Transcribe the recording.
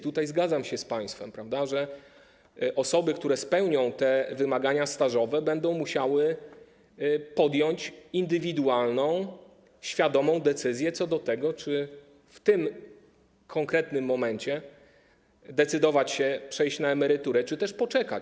Tutaj zgadzam się z państwem, że osoby, które spełnią te wymagania stażowe, będą musiały podjąć indywidualną, świadomą decyzję co do tego, czy w tym konkretnym momencie decydować się przejść na emeryturę, czy też poczekać.